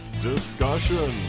discussion